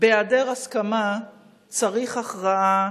- בהיעדר הסכמה צריך הכרעה,